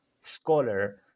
scholar